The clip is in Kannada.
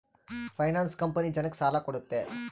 ಫೈನಾನ್ಸ್ ಕಂಪನಿ ಜನಕ್ಕ ಸಾಲ ಕೊಡುತ್ತೆ